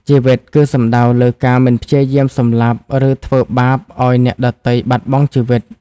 ជីវិតគឺសំដៅលើការមិនព្យាយាមសម្លាប់ ឬធ្វើបាបឲ្យអ្នកដទៃបាត់បង់ជីវិត។